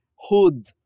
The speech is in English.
hood